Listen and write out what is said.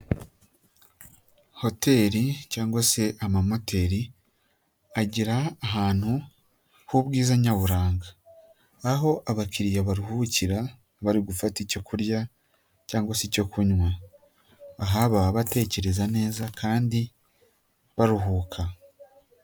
Hoteri cyangwa se amamoteri agira ahantu hubwiza nyaburanga, aho abakiriya baruhukira bari gufata icyo kurya cyangwa se icyo kunywa. Aha baba batekereza neza kandi baruhuka.